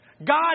God